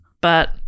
but-